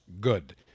good